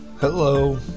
Hello